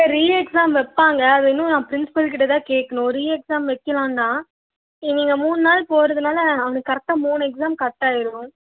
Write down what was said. ரீ exam வைப்பாங்க அது இன்னும் நான் பிரின்ஸ்பல் கிட்டதான் கேட்கணும் ரீ எக்ஸாம் வைக்கிலாந்தான் நீங்கள் மூணு நாள் போகிறதுனால அவனுக்கு கரெட்டாக மூணு எக்ஸாம் கட்டாகிடும்